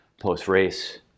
post-race